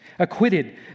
acquitted